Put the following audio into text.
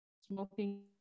smoking